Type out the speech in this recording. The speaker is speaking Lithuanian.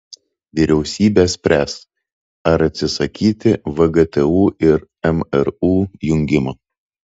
vyriausybė spręs ar atsisakyti vgtu ir mru jungimo